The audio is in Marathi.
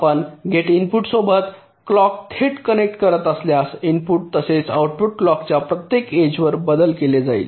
आपण गेट इनपुटसोबत क्लॉक थेट कनेक्ट करत असल्यास इनपुट तसेच आउटपुट क्लॉकच्या प्रत्येक एजेवर बदलले जाईल